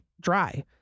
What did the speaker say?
dry